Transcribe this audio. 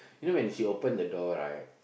you know when she open the door right